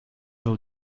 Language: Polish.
był